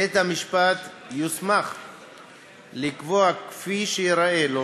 בית-המשפט יוסמך לקבוע כפי שייראה לו